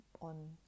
on